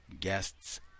guests